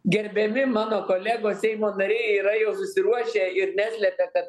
gerbiami mano kolegos seimo nariai yra jau susiruošę ir neslepia kad